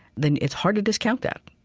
then it's hard to discount that.